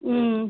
ம்